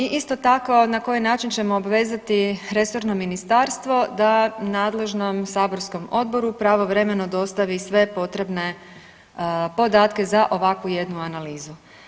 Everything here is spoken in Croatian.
I isto tako na koji način ćemo obvezati resorno ministarstvo da nadležnom saborskom odboru pravovremeno dostavi sve potrebne podatke za ovakvu jednu analizu.